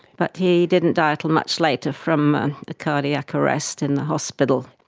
but he didn't die until much later, from a cardiac arrest in the hospital.